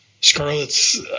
Scarlet's